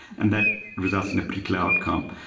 and that results in a particular outcome.